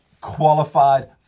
qualified